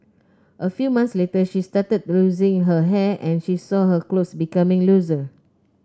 a few months later she started losing her hair and she saw her clothes becoming looser